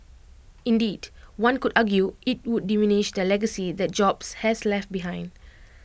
indeed one could argue IT would diminish the legacy that jobs has left behind